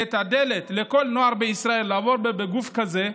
את הדלת לכל הנוער בישראל לעבור בגוף כזה,